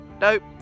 nope